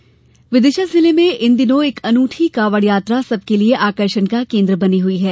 कावड यात्रा विदिशा जिले में इन दिनों एक अनूठी कांवड़ यात्रा सबके आकर्षण का केंद्र बनी हुई है